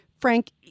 frank